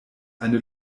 eine